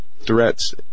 threats